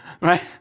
Right